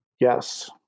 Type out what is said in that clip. Yes